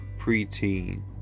preteen